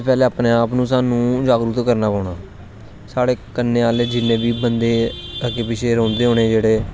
पहले अपने आप नू सानू जागरक करना पौना साढ़े कन्ने आहले जिन्ने बी बंदे अग्गे पिच्छे रौंहदे न जेहडे़